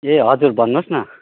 ए हजुर भन्नुहोस् न